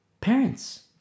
Parents